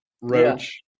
Roach